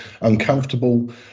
uncomfortable